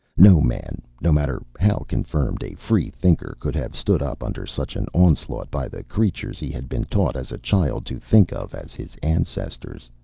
no man, no matter how confirmed a free-thinker, could have stood up under such an onslaught by the creatures he had been taught as a child to think of as his ancestors.